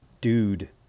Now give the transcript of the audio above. Dude